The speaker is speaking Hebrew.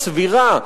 הסבירה,